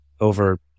over